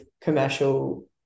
commercial